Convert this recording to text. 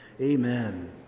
Amen